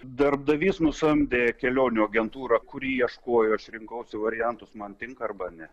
darbdavys nusamdė kelionių agentūrą kuri ieškojo aš rinkausi variantus man tinka arba ne